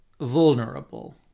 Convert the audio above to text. vulnerable